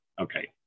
okay